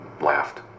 laughed